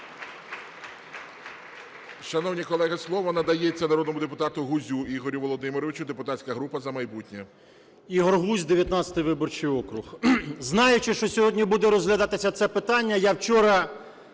Шановні колеги, слово надається народному депутату Гузю Ігорю Володимировичу, депутатська група "За майбутнє". 12:03:42 ГУЗЬ І.В. Ігор Гузь, 19 виборчий округ. Знаючи, що сьогодні буде розглядатися це питання, я вчора